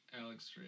Alex